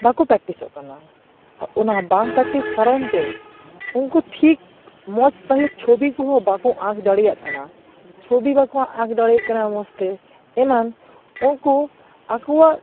ᱵᱟᱠᱚ ᱯᱮᱠᱴᱤᱥᱚᱜ ᱠᱟᱱᱟ ᱚᱱᱟ ᱵᱟᱝ ᱯᱮᱠᱴᱤᱥ ᱠᱟᱨᱚᱱ ᱛᱮ ᱩᱱᱠᱩ ᱴᱷᱤᱠ ᱢᱩᱡᱽ ᱥᱟᱹᱦᱤᱡ ᱪᱷᱩᱵᱤ ᱠᱚᱦᱚᱸ ᱵᱟᱠᱚ ᱟᱸᱠ ᱫᱟᱲᱮᱭᱟᱜ ᱠᱟᱱᱟ ᱪᱷᱚᱵᱤ ᱵᱟᱠᱚ ᱟᱸᱠ ᱫᱟᱲᱮᱭᱟᱜ ᱠᱟᱱᱟ ᱢᱚᱡᱽ ᱛᱮ ᱮᱢᱟᱱ ᱩᱱᱠᱩ ᱟᱠᱚᱣᱟᱜ